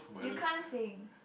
you can't sing